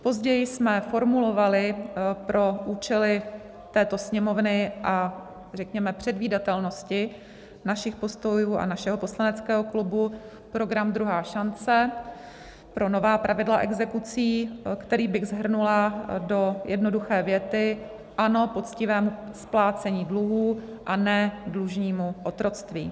Později jsme formulovali pro účely této Sněmovny a řekněme předvídatelnosti našich postojů a našeho poslaneckého klubu program Druhá šance pro nová pravidla exekucí, který bych shrnula do jednoduché věty ano poctivému splácení dluhů a ne dlužnímu otroctví.